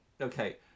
Okay